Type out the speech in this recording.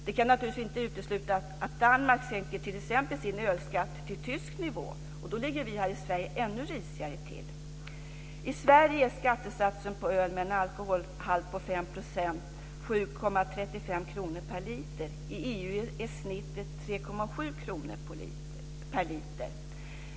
Det kan naturligtvis inte uteslutas att Danmark sänker sin ölskatt till tysk nivå, och då ligger vi här i Sverige ännu risigare till. I Sverige är skattesatsen på öl med en alkoholhalt på 5 % 7:35 kr per liter. I EU är genomsnittet 3:70 kr per liter.